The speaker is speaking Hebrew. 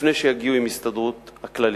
לפני שיגיעו עם ההסתדרות הכללית.